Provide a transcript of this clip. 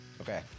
Okay